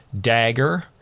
Dagger